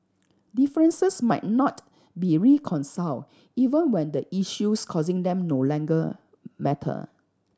differences might not be reconciled even when the issues causing them no longer matter